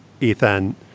Ethan